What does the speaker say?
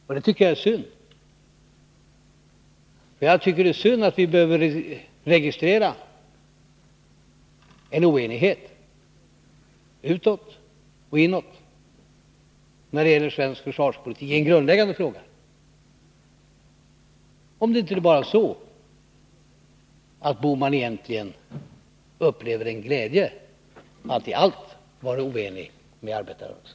Men jag tycker att det är synd att vi skall behöva registrera en oenighet, utåt och inåt, när det gäller en grundläggande fråga i svensk försvarspolitik. Eller är det bara så, att Gösta Bohman egentligen upplever en glädje över att i allt vara oenig med arbetarrörelsen?